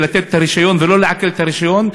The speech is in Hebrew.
לתת את הרישיון ולא לעקל את הרישיון,